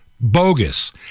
bogus